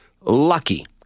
lucky